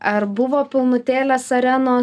ar buvo pilnutėlės arenos